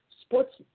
sports